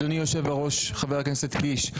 אדוני היושב-ראש חבר הכנסת קיש,